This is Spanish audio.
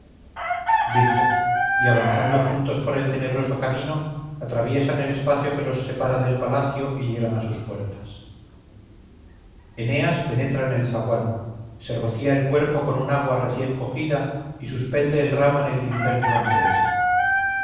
dijo y avanzando juntos por el tenebroso camino atraviesan el espacio que los separa del palacio y llegan a sus puertas eneas penetra en el zaguán se rocía el cuerpo con una agua recién cogida y suspende el ramo en el dintel frontero